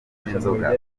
n’inzoga